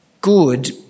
good